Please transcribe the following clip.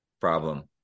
problem